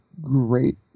great